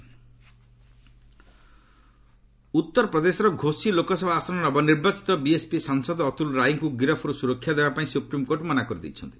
SC MP ଉତ୍ତରପ୍ରଦେଶର ଘୋଷି ଲୋକସଭା ଆସନର ନବନିର୍ବାଚିତ ବିଏସ୍ପି ସାଂସଦ ଅତୁଲ ରାଇଙ୍କୁ ଗିରଫ୍ରୁ ସୁରକ୍ଷା ଦେବା ପାଇଁ ସୁପ୍ରିମ୍କୋର୍ଟ ମନା କରିଦେଇଛନ୍ତି